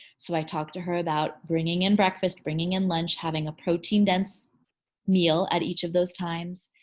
so i talked to her about bringing in breakfast bringing in lunch, having a protein dense meal at each of those times.